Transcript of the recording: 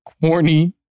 corny